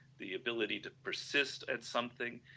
the ability to persists at something,